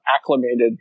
acclimated